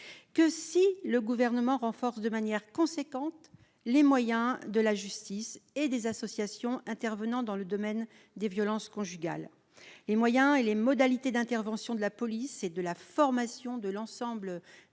que si le Gouvernement renforce de manière importante les moyens de la justice et des associations intervenant dans le domaine des violences conjugales. Les moyens et les modalités d'intervention de la police et de la formation de l'ensemble